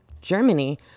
germany